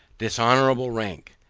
dishonorable rank!